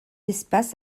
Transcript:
espaces